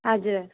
हजुर